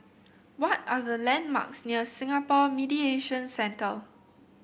what are the landmarks near Singapore Mediation Centre